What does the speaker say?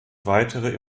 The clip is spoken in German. weitere